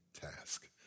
task